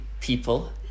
people